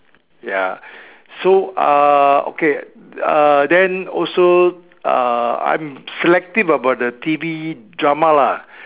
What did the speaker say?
ya so uh okay uh then also uh I'm selective about the T_V drama lah